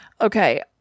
Okay